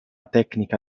tecnica